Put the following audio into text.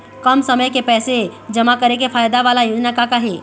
कम समय के पैसे जमा करे के फायदा वाला योजना का का हे?